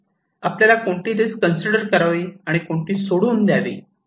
आपल्याला कोणती risk consider करावी आणि कोणती सोडून द्यावे याबद्दल ठरवावे लागेल